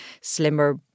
slimmer